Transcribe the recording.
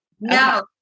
no